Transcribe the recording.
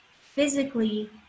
physically